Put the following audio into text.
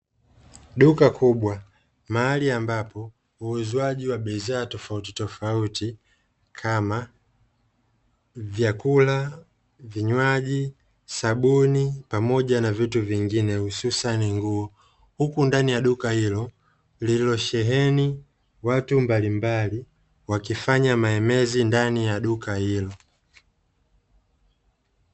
Duka kubwa mahali ambapo uuzwaji wa bei zao tofautitofauti kama; vyakula, vinywaji, sabuni pamoja na vitu vingine hususan nguo, huku ndani ya duka hilo lililosheheni watu mbalimbali wakifanya mahemezi ndani ya duka hilo.